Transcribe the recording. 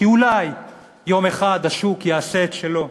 כי אולי יום אחד השוק יעשה את שלו,